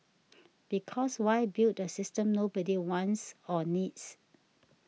because why build a system nobody wants or needs